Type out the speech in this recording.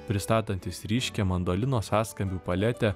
pristatantis ryškią mandolinos sąskambių paletę